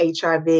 HIV